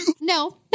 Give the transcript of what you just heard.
no